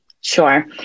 Sure